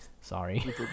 Sorry